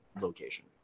location